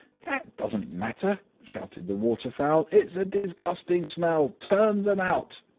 that doesn't matter! shouted the waterfowl, it's a disgusting smell! turn them out!